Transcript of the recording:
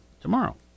tomorrow